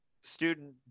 student